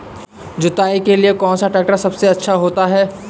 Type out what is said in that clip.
जुताई के लिए कौन सा ट्रैक्टर सबसे अच्छा होता है?